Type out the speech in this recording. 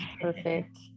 perfect